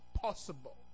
possible